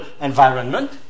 environment